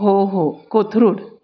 हो हो कोथरूड